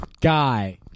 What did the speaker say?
Guy